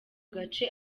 gace